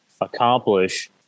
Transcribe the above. accomplish